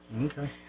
Okay